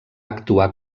actuar